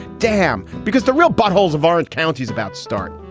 damn. because the real buttholes of orange county is about stark.